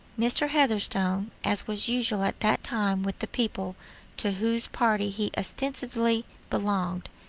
mr. heatherstone, as was usual at that time with the people to whose party he ostensibly belonged,